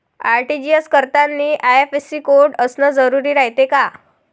RTGS करतांनी IFSC code असन जरुरी रायते का?